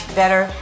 better